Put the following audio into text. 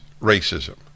racism